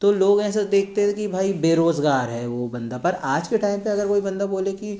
तो लोग ऐसे देखते थे कि भाई बेराेज़गार है वो बंदा पर आज के टाइम पे अगर वही बंदा बोले कि